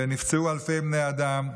ונפצעו אלפי בני אדם,